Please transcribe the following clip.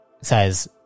says